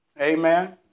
Amen